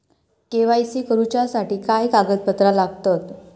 KYC करूच्यासाठी काय कागदपत्रा लागतत?